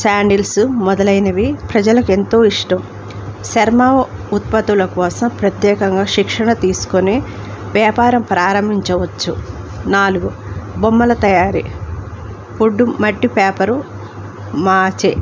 sandals మొదలైనవి ప్రజలకు ఎంతో ఇష్టం చర్మం ఉత్పత్తుల కోసం ప్రత్యేకంగా శిక్షణ తీసుకొని వ్యాపారం ప్రారంభించవచ్చు నాలుగు బొమ్మల తయారీ ఫుడ్డు మట్టి పేపరు మార్చే